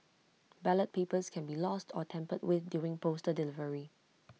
ballot papers can be lost or tampered with during postal delivery